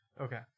Okay